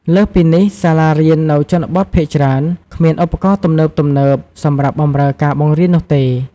លើសពីនេះ សាលារៀននៅជនបទភាគច្រើន គ្មានឧបករណ៍ទំនើបៗ សម្រាប់បម្រើការបង្រៀននោះទេ។